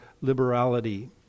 liberality